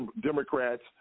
Democrats